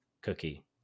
cookie